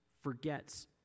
forgets